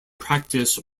practised